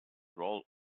roll